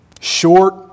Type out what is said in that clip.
Short